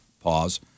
Pause